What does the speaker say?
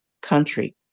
country